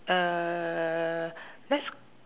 uhh let's